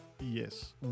yes